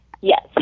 Yes